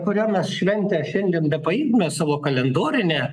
kurią mes šventę šiandien bepaimtume savo kalendorinę